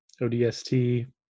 ODST